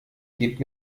geht